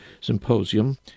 symposium